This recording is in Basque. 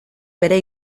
bere